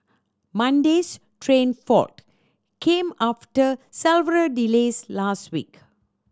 Monday's train fault came after several delays last week